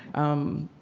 um,